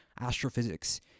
Astrophysics